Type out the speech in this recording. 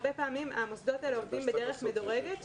הרבה פעמים המוסדות האלה עובדים בדרך מדורגת,